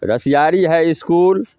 रसआरी high इसकुल